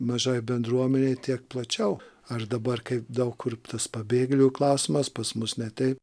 mažai bendruomenei tiek plačiau aš dabar kai daug kur tas pabėgėlių klausimas pas mus ne taip